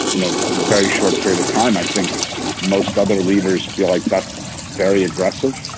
you know, very short period of time. i think most other leaders feel like that's very aggressive,